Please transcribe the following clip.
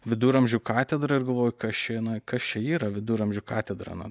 viduramžių katedra ir galvoju kas čia jinai kas čia yra viduramžių katedra na